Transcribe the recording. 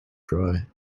cry